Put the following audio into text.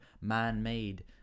man-made